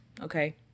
okay